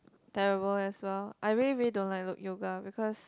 terrible as well I really really don't like look yoga because